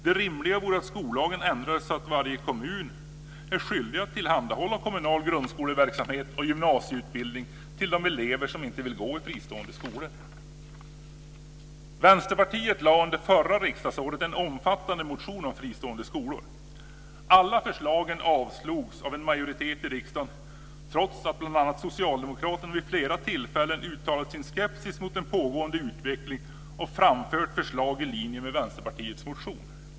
Det rimliga vore att skollagen ändrades så att varje kommun är skyldig att tillhandahålla kommunal grundskoleverksamhet och gymnasieutbildning till de elever som inte vill gå i fristående skolor. Vänsterpartiet väckte under det förra riksdagsåret en omfattande motion om fristående skolor. Alla förslagen avslogs av en majoritet i riksdagen trots att bl.a. Socialdemokraterna vid flera tillfällen uttalat sin skepsis mot den pågående utvecklingen och framfört förslag i linje med Vänsterpartiets motion.